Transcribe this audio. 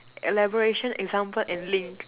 elaboration example and link